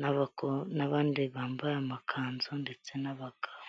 n'abako n'abandi bambaye amakanzu ndetse n'abagabo.